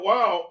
Wow